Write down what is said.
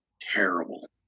terrible